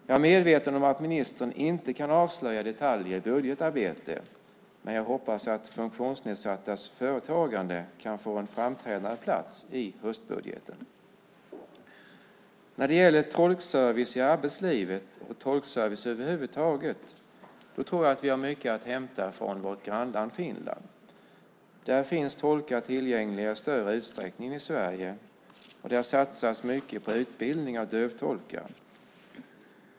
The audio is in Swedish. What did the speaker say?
Jag är medveten om att ministern inte kan avslöja detaljer i budgetarbetet, men jag hoppas att funktionsnedsattas företagande kan få en framträdande plats i höstbudgeten. När det gäller tolkservice i arbetslivet och tolkservice över huvud taget tror jag att vi har mycket att hämta från vårt grannland Finland. Där finns tolkar tillgängliga i större utsträckning än i Sverige, och det har satsats mycket på utbildning av dövtolkar.